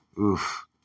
Oof